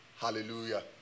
Hallelujah